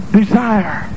desire